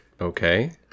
Okay